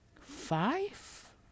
five